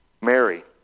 Mary